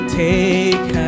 take